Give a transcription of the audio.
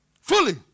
fully